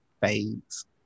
fades